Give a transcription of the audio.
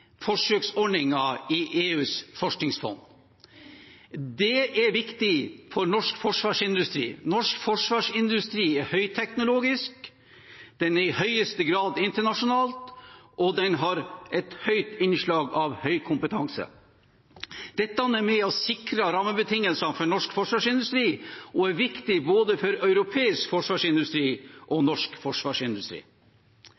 i EUs forskningsfond. Det er viktig for norsk forsvarsindustri. Norsk forsvarsindustri er høyteknologisk, den er i høyeste grad internasjonal, og den har et høyt innslag av høy kompetanse. Dette er med på å sikre rammebetingelsene for norsk forsvarsindustri og er viktig for både europeisk forsvarsindustri og